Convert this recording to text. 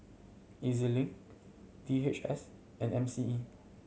E Z Link D H S and M C E